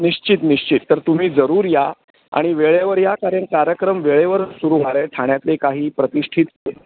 निश्चित निश्चित तर तुम्ही जरूर या आणि वेळेवर या कारण कार्यक्रम वेळेवरच सुरू होणार आहे ठाण्यातले काही प्रतिष्ठित